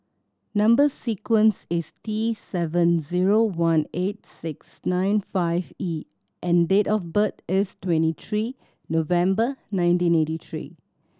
number sequence is T seven zero one eight six nine five E and date of birth is twenty three November nineteen eighty three